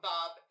Bob